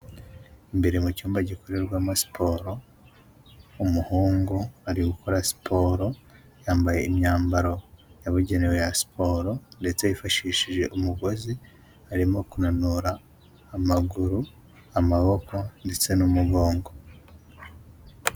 Imbere mu cyumba gikorerwamo siporo, umuhungu ari gukora siporo yambaye imyambaro yabugenewe ya siporo ndetse yifashishije umugozi arimo kunanura amaguru, amaboko ndetse n'umugongo.